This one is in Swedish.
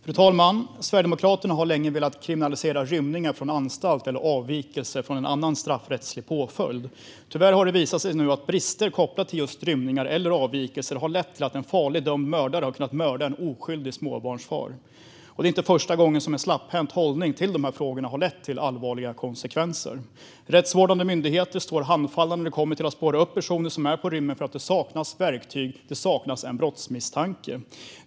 Fru talman! Sverigedemokraterna har länge velat kriminalisera rymningar från anstalt eller avvikelser från annan straffrättslig påföljd. Tyvärr har det nu visat sig att brister kopplade till just rymningar eller avvikelser har lett till att en farlig dömd mördare har kunnat mörda en oskyldig småbarnsfar. Och det är inte första gången som en slapphänt hållning i de här frågorna har lett till allvarliga konsekvenser. Rättsvårdande myndigheter står handfallna när det kommer till att spåra upp personer som är på rymmen för att det saknas verktyg och saknas en brottsmisstanke.